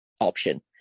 option